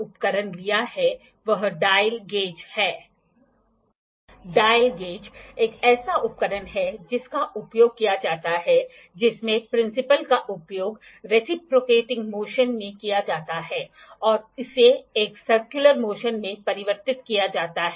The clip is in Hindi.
इंजीनियरिंग में यदि हम एक सीधी रेखा खींचना और एक आर्क खींचना जानते हैं तो हम किसी भी जटिल ज्यामिट्री को रेखाओं और आर्कों में विभाजित कर सकते हैं